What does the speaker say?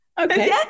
Okay